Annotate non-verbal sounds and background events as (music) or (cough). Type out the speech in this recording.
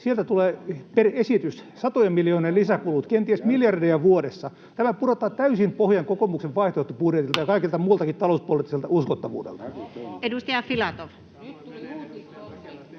Sieltä tulee per esitys satojen miljoonien lisäkulut, kenties miljardeja vuodessa. Tämä pudottaa täysin pohjan kokoomuksen vaihtoehtobudjetilta (noise) ja kaikelta muultakin talouspoliittiselta uskottavuudelta.